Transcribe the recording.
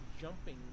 jumping